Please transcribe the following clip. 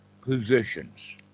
positions